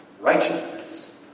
righteousness